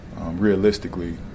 realistically